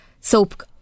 soap